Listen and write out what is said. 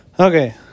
Okay